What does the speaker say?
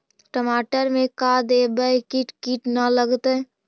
टमाटर में का देबै कि किट न लगतै?